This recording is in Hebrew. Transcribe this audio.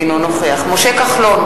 אינו נוכח משה כחלון,